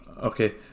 okay